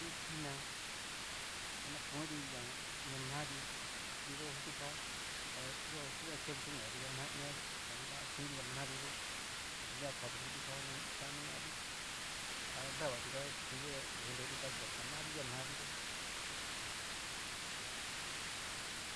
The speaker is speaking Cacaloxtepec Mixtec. Ku ina ta na koni ti ña nati, kitiyó xin kirti ká ta dikuan keti chin inka kiti ná, ña xana chiniti ña ná kiti yó, dikan kati chin kiti ká xaniñati, a nrava kiti ka na tinti kiti yó to okonre titika chi xanati aria ná kiti yó uju.